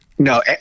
no